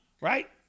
right